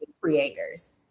creators